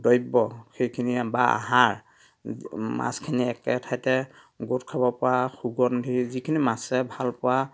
দ্ৰব্য সেইখিনি বা আহাৰ মাছখিনি একেঠাইতে গোট খাব পৰা সুগন্ধি যিখিনি মাছে ভাল পোৱা